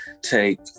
take